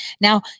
Now